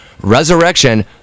Resurrection